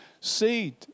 seed